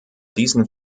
diesen